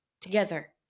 together